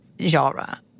genre